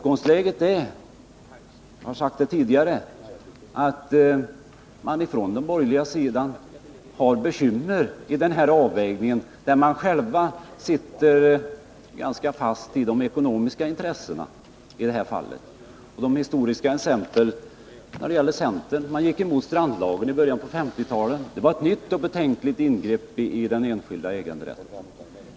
Jag förstår att man på den borgerliga sidan har bekymmer vid den här avvägningen, eftersom man sitter ganska fast i jordbrukets ekonomiska intressen. Så har det varit förr. Jag vill erinra om att centern gick emot strandlagen i början av 1950-talet. Det var ett nytt och betänkligt ingrepp i den privata äganderätten, sade man.